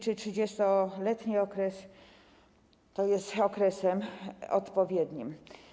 Czy 30-letni okres jest okresem odpowiednim?